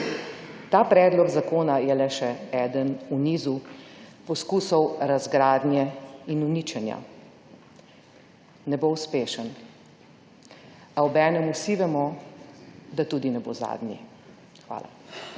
Ta predlog zakona je le še eden v nizu poskusov razgradnje in uničenja. Ne bo uspešen, a obenem vsi vemo, da tudi ne bo zadnji. Hvala.